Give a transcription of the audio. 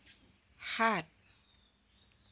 সাত